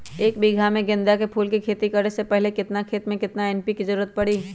एक बीघा में गेंदा फूल के खेती करे से पहले केतना खेत में केतना एन.पी.के के जरूरत परी?